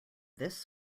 this